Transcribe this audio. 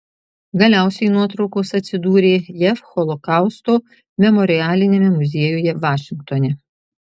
galiausiai nuotraukos atsidūrė jav holokausto memorialiniame muziejuje vašingtone